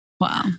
Wow